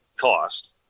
cost